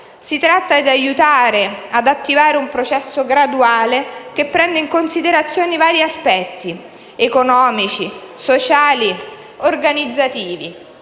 Si tratta di aiutare ad attivare un processo graduale che prende in considerazione vari aspetti: economici, sociali, organizzativi.